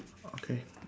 okay